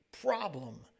problem